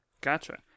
Gotcha